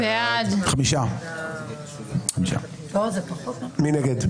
מי נגד?